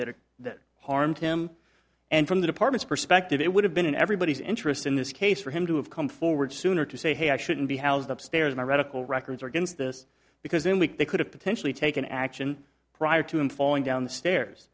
that that harmed him and from the department's perspective it would have been in everybody's interest in this case for him to have come forward sooner to say hey i shouldn't be housed upstairs my medical records are against this because in week they could have potentially taken action prior to him falling down the stairs